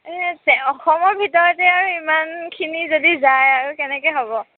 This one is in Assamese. এই অসমৰ ভিতৰতে আৰু ইমানখিনি যদি যায় আৰু কেনেকৈ হ'ব